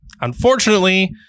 Unfortunately